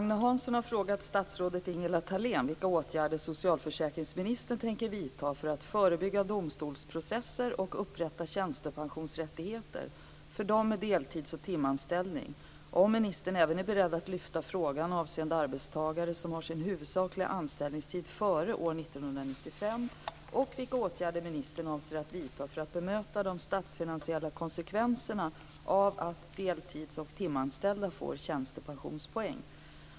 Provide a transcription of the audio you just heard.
Agne Hansson har frågat statsrådet Ingela Thalén vilka åtgärder socialförsäkringsministern tänker vidta för att förebygga domstolsprocesser och upprätta tjänstepensionsrättigheter för dem med deltids och timanställning, om ministern även är beredd att lyfta frågan avseende arbetstagare som har sin huvudsakliga anställningstid före år 1995 och vilka åtgärder ministern avser att vidta för att bemöta de statsfinansiella konsekvenserna av att deltids och timanställda får tjänstepensionspoäng.